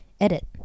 Edit